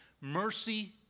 mercy